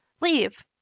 leave